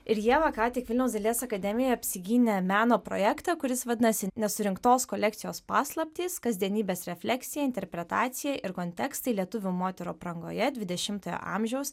ir ieva ką tik vilniaus dailės akademijoje apsigynė meno projektą kuris vadinasi nesurinktos kolekcijos paslaptys kasdienybės refleksija interpretacija ir kontekstai lietuvių moterų aprangoje dvidešimtojo amžiaus